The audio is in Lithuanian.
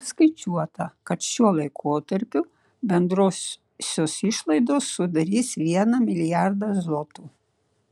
paskaičiuota kad šiuo laikotarpiu bendrosios išlaidos sudarys vieną milijardą zlotų